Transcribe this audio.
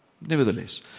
Nevertheless